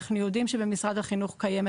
אנחנו יודעים שבמשרד החינוך קיימת